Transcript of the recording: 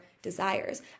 desires